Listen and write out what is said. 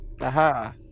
Aha